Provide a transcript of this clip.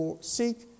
seek